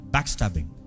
Backstabbing।